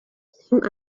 some